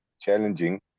challenging